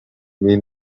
mean